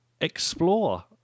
explore